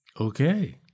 Okay